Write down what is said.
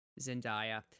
Zendaya